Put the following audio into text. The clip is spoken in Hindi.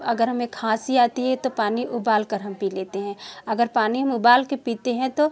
अगर हमें खांसी आती है तो पानी उबालकर हम पी लेते हैं अगर पानी हम उबाल के पीते हैं तो